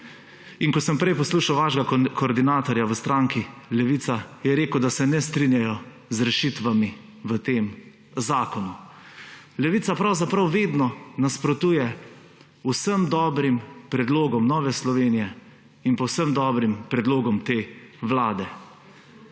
Ko sem prej poslušal vašega koordinatorja v stranki Levica, je rekel, da se ne strinjajo z rešitvami v tem zakonu. Levica pravzaprav vedno nasprotuje vsem dobrim predlogom Nove Slovenije in povsem dobrim predlogom te vlade.